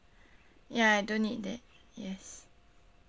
ya I don't need that yes